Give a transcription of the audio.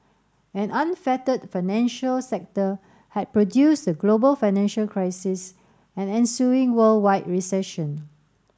an unfettered financial sector had produced the global financial crisis and ensuing worldwide recession